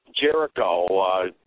Jericho